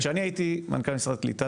כשאני הייתי מנכ"ל משרד הקליטה,